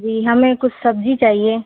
जी हमें कुछ सब्ज़ी चाहिए